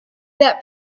that